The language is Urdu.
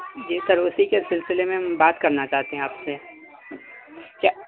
جی سر اسی کے سلسلے میں بات کرنا چاہتے ہیں آپ سے کیا